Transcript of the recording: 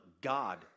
God